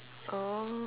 oh